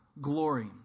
glory